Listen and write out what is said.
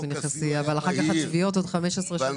אבל אחר כך היו תביעות עוד 15 שנה.